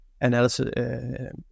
analysis